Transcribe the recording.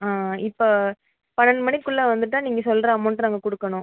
இப்போ பன்னெண்டு மணிக்குள்ளே வந்துவிட்டா நீங்கள் சொல்கிற அமௌண்ட்டை நாங்கள் கொடுக்கணும்